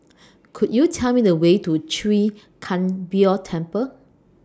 Could YOU Tell Me The Way to Chwee Kang Beo Temple